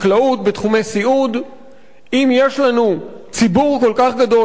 אם יש לנו ציבור כל כך גדול של מבקשי חיים שכבר נמצאים בארץ,